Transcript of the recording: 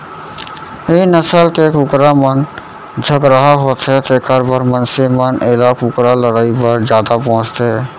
ए नसल के कुकरा मन झगरहा होथे तेकर बर मनसे मन एला कुकरा लड़ई बर जादा पोसथें